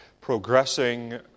progressing